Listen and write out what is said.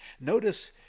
Notice